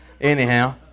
Anyhow